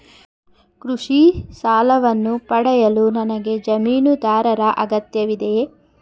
ಕೃಷಿ ಸಾಲವನ್ನು ಪಡೆಯಲು ನನಗೆ ಜಮೀನುದಾರರ ಅಗತ್ಯವಿದೆಯೇ?